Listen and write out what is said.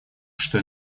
что